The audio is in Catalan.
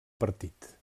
partit